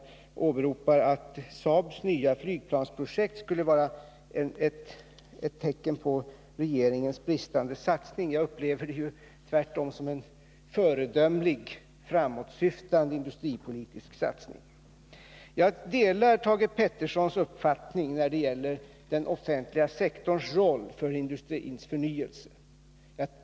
Han åberopar SAAB:s nya flygplansprojekt och säger att det skulle vara ett tecken på regeringens bristande satsningar. Jag upplever det tvärtom som en föredömlig, framåtsyftande industripolitisk satsning. Jag delar Thage Petersons uppfattning när det gäller den offentliga sektorns roll för industrins förnyelse.